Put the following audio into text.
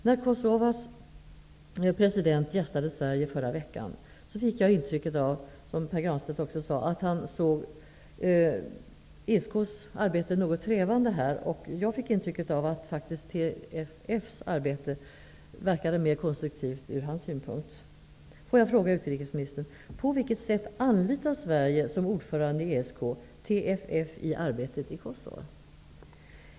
När Kosovas president gästade Sverige i förra veckan, fick jag intrycket av, vilket också Pär Granstedt sade, att han såg ESK:s arbete som något trevande i detta sammanhang. Jag fick intrycket att TFF:s arbete verkade mer konstruktivt ur hans synpunkt. Jag vill ställa en fråga till utrikesministern. På vilket sätt anlitar Sverige, som ordförande i ESK, TFF i arbetet i Kosova?